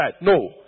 No